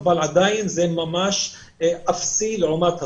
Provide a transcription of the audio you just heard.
אבל זה עדיין ממש אפסי לעומת הצורך.